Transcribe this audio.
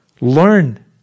learn